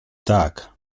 tak